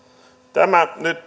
tämä nyt